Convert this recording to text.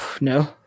no